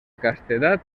castedat